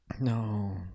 No